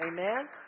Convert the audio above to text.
amen